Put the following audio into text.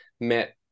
met